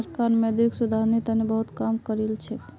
सरकार मौद्रिक सुधारेर तने बहुत काम करिलछेक